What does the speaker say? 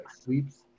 sweeps